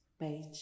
page